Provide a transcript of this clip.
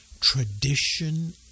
Tradition